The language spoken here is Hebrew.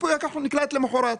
ייפוי הכוח נקלט למוחרת.